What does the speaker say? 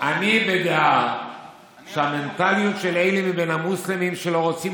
אני בדעה שהמנטליות של אלה מבין המוסלמים שלא רוצים